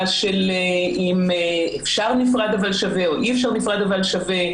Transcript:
של אם אפשר נפרד אבל שווה או אי אפשר נפרד אבל שווה,